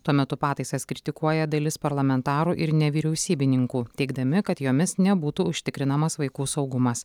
tuo metu pataisas kritikuoja dalis parlamentarų ir nevyriausybininkų teigdami kad jomis nebūtų užtikrinamas vaikų saugumas